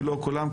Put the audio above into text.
לא של כולם,